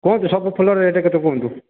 କୁହନ୍ତୁ ସବୁ ଫୁଲର ରେଟ୍ କେତେ କୁହନ୍ତୁ